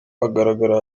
agaragara